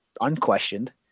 unquestioned